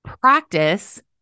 practice